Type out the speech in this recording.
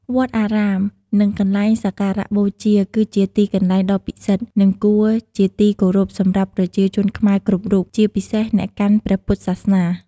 វត្តអារាម និងកន្លែងសក្ការបូជា គឺជាទីកន្លែងដ៏ពិសិដ្ឋ និងគួរជាទីគោរពសម្រាប់ប្រជាជនខ្មែរគ្រប់រូប ជាពិសេសអ្នកកាន់ព្រះពុទ្ធសាសនា។